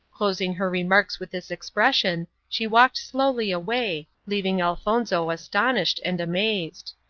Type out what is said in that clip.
closing her remarks with this expression, she walked slowly away, leaving elfonzo astonished and amazed.